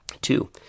Two